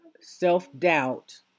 Self-doubt